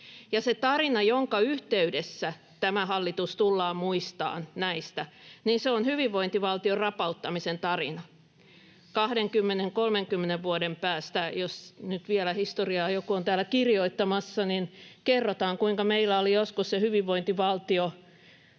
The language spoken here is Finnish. tarina, jonka yhteydessä tämä hallitus tullaan muistamaan näistä, on hyvinvointivaltion rapauttamisen tarina. 20—30 vuoden päästä, jos nyt vielä historiaa joku on täällä kirjoittamassa, kerrotaan, kuinka meillä oli joskus se hyvinvointivaltio